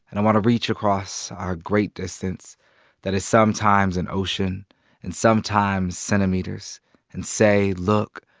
and i want to reach across our great distance that is sometimes an ocean and sometimes centimeters and say, look.